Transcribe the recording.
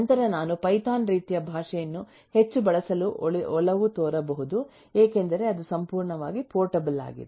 ನಂತರ ನಾನು ಪೈಥಾನ್ ರೀತಿಯ ಭಾಷೆಯನ್ನು ಹೆಚ್ಚು ಬಳಸಲು ಒಲವು ತೋರಬಹುದು ಏಕೆಂದರೆ ಅದು ಸಂಪೂರ್ಣವಾಗಿ ಪೋರ್ಟಬಲ್ ಆಗಿದೆ